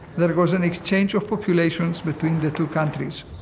there was an exchange of populations between the two countries.